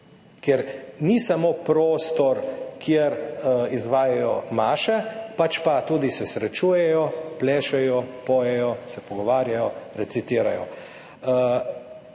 kjer ni samo prostor, kjer izvajajo maše, pač pa se tudi srečujejo, plešejo, pojejo, se pogovarjajo, recitirajo.